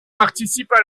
participent